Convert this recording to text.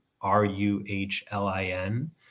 R-U-H-L-I-N